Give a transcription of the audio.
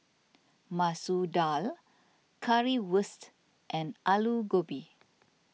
Masoor Dal Currywurst and Alu Gobi